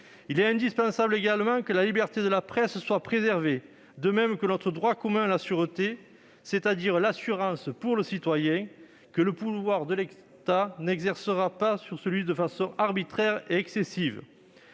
Il est indispensable également que la liberté de la presse soit préservée, de même que notre droit commun à la sûreté, c'est-à-dire l'assurance, pour le citoyen, que le pouvoir de l'État ne s'exercera pas sur lui de façon arbitraire et excessive.